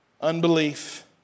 unbelief